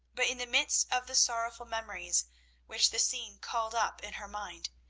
but in the midst of the sorrowful memories which the scene called up in her mind,